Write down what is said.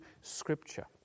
Scripture